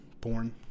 porn